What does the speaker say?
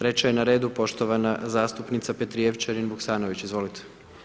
Treća je na redu poštovana zastupnica Petrijevčanin Vuksanović, izvolite.